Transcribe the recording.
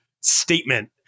statement